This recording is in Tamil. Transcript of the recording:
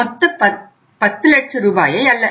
மொத்த 10 லட்ச ரூபாயை அல்ல